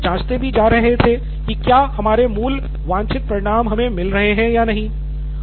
हम लगातार यह जांचते भी जा रहे थे कि क्या हमारे मूल वांछित परिणाम हमे मिल रहे हैं या नहीं